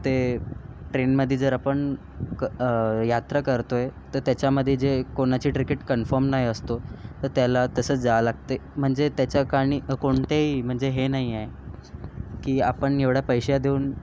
ते ट्रेनमध्ये जर आपण यात्रा करतो आहे तर त्याच्यामध्ये जे कोणाचे तिकीट कन्फर्म नाही असतो तर त्याला तसंच जावं लागते म्हणजे त्याच्या काणी कोणत्याही म्हणजे हे नाही आहे की आपण एवढा पैसा देऊन